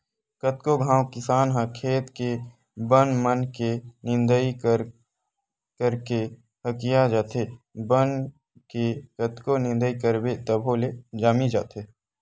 कतको घांव किसान ह खेत के बन मन के निंदई कर करके हकिया जाथे, बन के कतको निंदई करबे तभो ले जामी जाथे